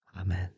Amen